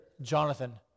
Jonathan